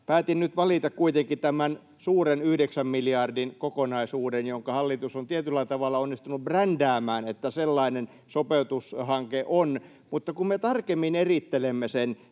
päätin nyt valita kuitenkin tämän suuren yhdeksän miljardin kokonaisuuden, jonka hallitus on tietyllä tavalla onnistunut brändäämään niin, että sellainen sopeutushanke on. Kun me tarkemmin erittelemme sen,